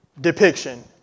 depiction